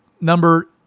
number